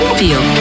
feel